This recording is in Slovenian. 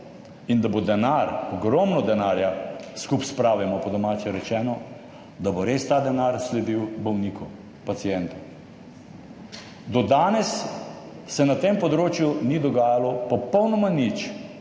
in da bo denar, ogromno denarja skup spravimo, po domače rečeno, da bo res ta denar sledil bolniku, pacientu. Do danes se na tem področju ni dogajalo popolnoma nič.